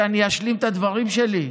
להשלים את הדברים שלי.